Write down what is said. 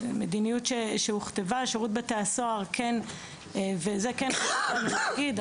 המדיניות שהוכתבה וכן חשוב לנו להגיד את זה